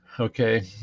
Okay